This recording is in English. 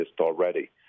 already